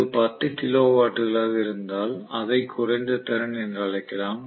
இது பத்து கிலோ வாட்களாக இருந்தால் அதை குறைந்த திறன் என்று அழைக்கலாம்